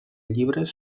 llibres